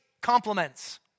compliments